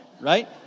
Right